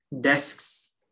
desks